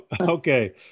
Okay